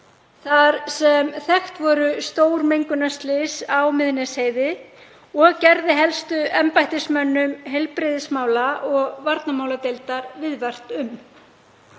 var að orðið höfðu stór mengunarslys á Miðnesheiði og gerði helstu embættismönnum heilbrigðismála og varnarmáladeildar viðvart en